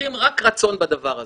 צריכים רק רצון בדבר הזה.